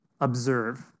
Observe